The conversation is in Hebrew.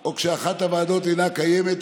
או כשאחת הוועדות אינה קיימת,